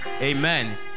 Amen